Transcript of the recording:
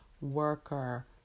worker